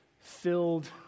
filled